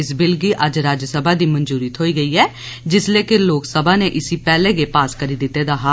इस बिल गी अज्ज राज्यसमा दी मंजूरी थ्होई गेई जिसलै के लोकसमा नै इसी पैहले गै पास करी दित्ते दा ऐ